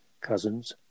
Cousins